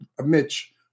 Mitch